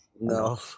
No